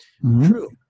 True